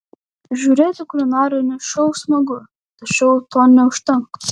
žiūrėti kulinarinius šou smagu tačiau to neužtenka